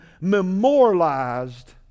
memorialized